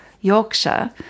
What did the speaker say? Yorkshire